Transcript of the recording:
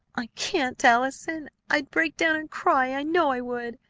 i can't, allison i'd break down and cry, i know i would.